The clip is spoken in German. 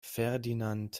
ferdinand